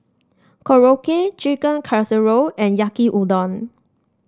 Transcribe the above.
Korokke Chicken Casserole and Yaki Udon